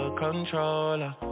controller